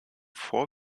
vor